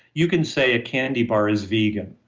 you can say a candy bar is vegan.